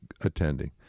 attending